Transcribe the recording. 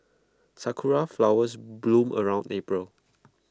Sakura Flowers bloom around April